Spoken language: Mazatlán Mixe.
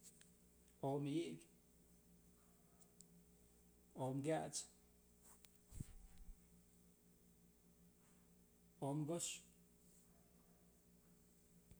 Om ayëp, om kyach, om kyox.